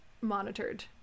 monitored